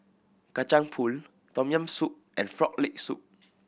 Kacang Pool Tom Yam Soup and Frog Leg Soup